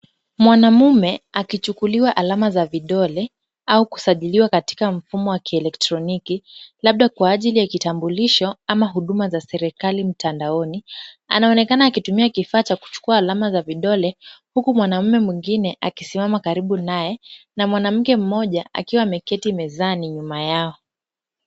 Mwanamume akichukuliwa alama za vidole, au kusajiliwa katika mfumo wa kielektroniki, labda kwa ajili ya kitambulisho ama huduma za serikali mtandaoni, anaonekana akitumia kifaa cha kuchukua alama za vidole huko mwanamume mwingine akisimama karibu naye na mwanamke mmoja akiwa ameketi mezani nyuma yao.